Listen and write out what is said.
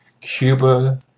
Cuba